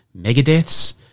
Megadeths